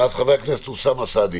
חבר הכנסת אוסאמה סעדי.